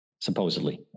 supposedly